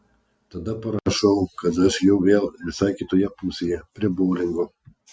tada parašau kad aš jau vėl visai kitoje pusėje prie boulingo